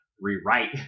rewrite